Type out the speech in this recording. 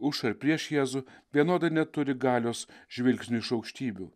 už ar prieš jėzų vienodai neturi galios žvilgsniui iš aukštybių